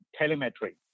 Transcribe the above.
telemetry